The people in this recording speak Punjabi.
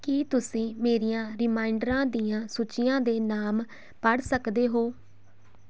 ਕੀ ਤੁਸੀਂ ਮੇਰੀਆਂ ਰੀਮਾਈਂਡਰਾਂ ਦੀਆਂ ਸੂਚੀਆਂ ਦੇ ਨਾਮ ਪੜ੍ਹ ਸਕਦੇ ਹੋ